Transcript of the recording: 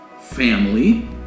family